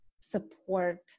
support